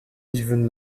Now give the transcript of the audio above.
even